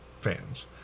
fans